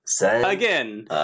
Again